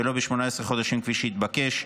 ולא ב-18 חודשים, כפי שהתבקש.